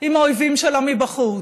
להתמודד עם האויבים שלה מבחוץ.